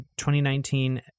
2019